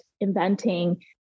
inventing